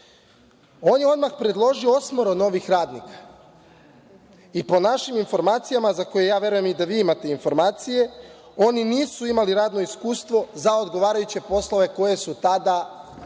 On je odmah predložio osmoro novih radnika i po našim informacijama, za koje ja verujem da i vi imate informacije, oni nisu imali radno iskustvo za odgovarajuće poslove za koje su tada bili